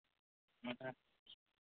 ᱦᱮᱸ